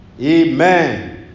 Amen